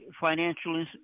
financial